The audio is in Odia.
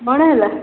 କ'ଣ ହେଲା